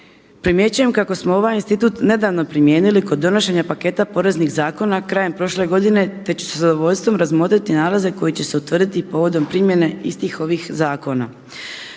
Primjećujem kako smo ovaj institut nedavno primijenili kod donošenja paketa poreznih zakona krajem prošle godine, te ću sa zadovoljstvom razmotriti nalaze koji će se utvrditi povodom primjene istih ovih zakona.